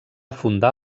fundar